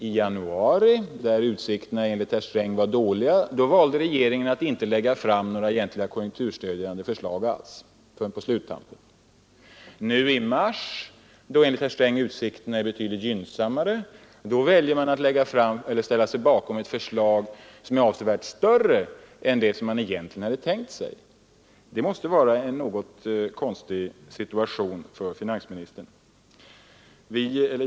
I januari, när utsikterna enligt herr Sträng var dåliga, valde regeringen att inte lägga fram några konjunkturstödjande förslag alls förrän på sluttampen. I mars, då utsikterna enligt herr Sträng är betydligt gynnsammare, väljer man att ställa sig bakom ett förslag som är avsevärt mer konjunkturstödjande än man egentligen hade tänkt sig. Det måste vara en något konstig situation för finansministern.